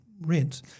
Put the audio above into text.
rents